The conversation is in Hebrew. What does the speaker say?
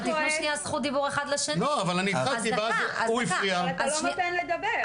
תתנו זכות דיבור אחד לשני -- אבל אתה לא נותן לדבר.